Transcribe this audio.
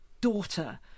daughter